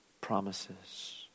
promises